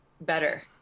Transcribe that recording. better